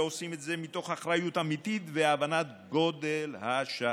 ועושים את זה מתוך אחריות אמיתית והבנת גודל השעה.